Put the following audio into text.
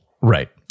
right